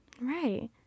Right